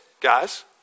guys